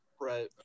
Right